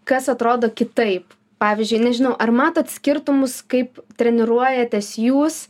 kas atrodo kitaip pavyzdžiui nežinau ar matot skirtumus kaip treniruojatės jūs